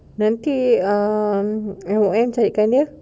nanti um end work carikan dia